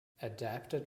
adapted